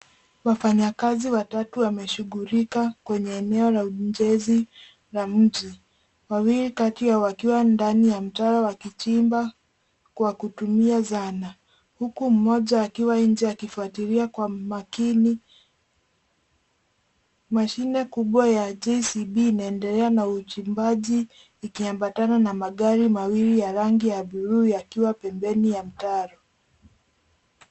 Wafanyakazi watatu wameshughulika kwenye eneo la ujenzi la mjini. Wawili kati yao wakiwa ndani ya mtaro wakichimba kwa kutumia zana huku mmoja akiwa nje akifuatilia kwa makini. Mashine kubwa ya JCB inaendelea na uchimbaji ikiambatana na magari mawili ya rangi ya bluu yakiwa pembeni ya mtaro.